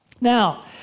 Now